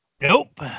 Nope